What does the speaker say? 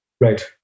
Right